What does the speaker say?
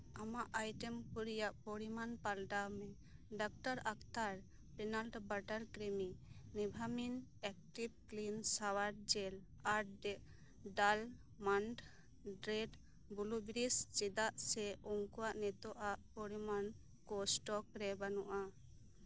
ᱟᱢᱟᱜ ᱟᱭᱴᱮᱢ ᱠᱚ ᱨᱮᱭᱟᱜ ᱯᱚᱨᱤᱢᱟᱱ ᱯᱟᱞᱴᱟᱣ ᱢᱮ ᱰᱟᱠᱛᱟᱨ ᱟᱠᱛᱟᱨ peanut butter creamy Nivea men active clean shower gel ᱟᱨ ᱰᱮ ᱰᱟᱞ ᱢᱟᱱᱴ ᱰᱨᱮᱰ ᱵᱞᱩᱵᱽᱨᱤᱡᱽ ᱪᱮᱫᱟᱜ ᱥᱮ ᱩᱱᱠᱩᱣᱟᱜ ᱱᱤᱛᱚᱜ ᱟᱜ ᱯᱚᱨᱤᱢᱟᱱ ᱠᱚ ᱥᱴᱚᱠ ᱨᱮ ᱵᱟᱱᱩᱜᱼᱟ